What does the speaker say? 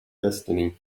destiny